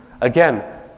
Again